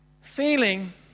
feeling